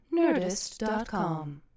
Nerdist.com